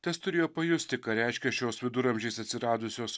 tas turėjo pajusti ką reiškia šios viduramžiais atsiradusios